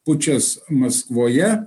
pučas maskvoje